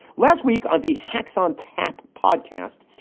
last week on the hecks on tap podcast,